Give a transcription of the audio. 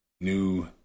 new